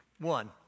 One